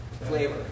Flavor